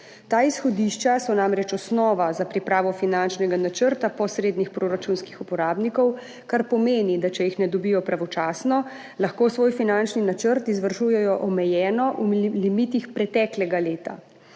Ta izhodišča so namreč osnova za pripravo finančnega načrta posrednih proračunskih uporabnikov, kar pomeni, da če jih ne dobijo pravočasno, lahko svoj finančni načrt izvršujejo omejeno v limitih preteklega leta.